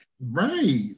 Right